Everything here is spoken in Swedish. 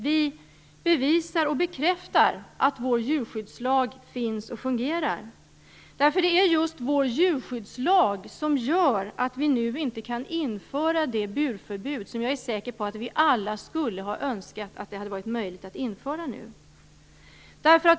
Vi bevisar och bekräftar att vår djurskyddslag finns och fungerar. Det är just den som gör att vi nu inte kan införa det burförbud som jag är säker på att vi alla önskar hade varit möjligt att införa nu.